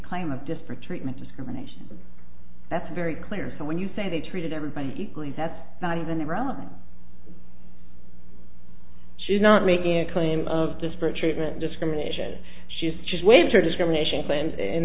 claim of disparate treatment discrimination that's very clear so when you say they treated everybody equally that's not even the relevant she's not making a claim of disparate treatment discrimination she's just waved her discrimination